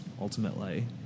ultimately